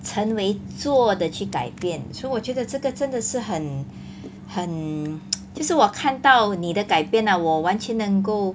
成为做的去改变所以我觉得这个真的是很很 就是我看到你的改变 lah 我完全能够